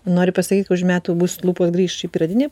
nori pasakyt už metų bus lūpos grįš į pradinį